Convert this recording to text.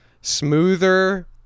smoother